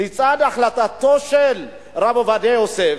לצד החלטתו של הרב עובדיה יוסף,